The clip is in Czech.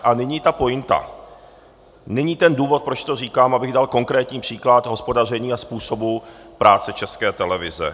A nyní ta pointa, nyní ten důvod, proč to říkám, abych dal konkrétní příklad hospodaření a způsobu práce České televize.